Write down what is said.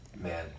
Man